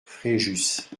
fréjus